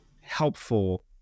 helpful